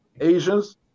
Asians